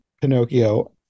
pinocchio